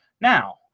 Now